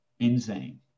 Insane